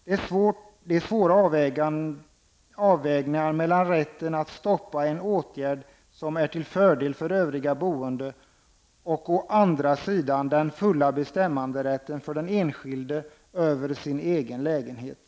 Det är svåra avvägningar mellan å ena sidan rätten att stoppa en åtgärd som är till fördel för övriga boende och å andra sidan den fulla bestämmanderätten för den enskilde över sin egen lägenhet.